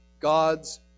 God's